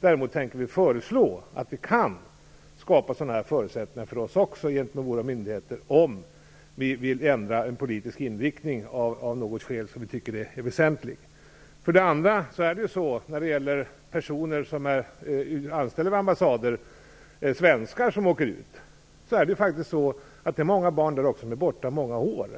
Däremot tänker vi föreslå att vi, om vi tycker att vi har väsentliga skäl att ändra vår politiska inriktning, skall kunna skapa sådana förutsättningar för oss gentemot våra myndigheter. Sedan vill jag påpeka att barn till svenskar som är anställda vid ambassader utomlands kan vara borta i många år